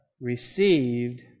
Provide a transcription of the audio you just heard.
received